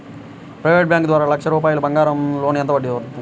Private bank ద్వారా లక్ష రూపాయలు బంగారం లోన్ ఎంత వడ్డీ పడుతుంది?